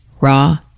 raw